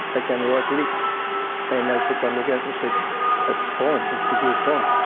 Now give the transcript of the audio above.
back down the like like and they took one look at it and said it's gone, the the glue's gone.